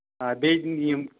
آ بیٚیہِ یِم